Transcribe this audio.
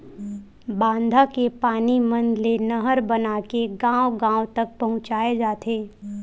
बांधा के पानी मन ले नहर बनाके गाँव गाँव तक पहुचाए जाथे